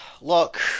look